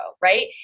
right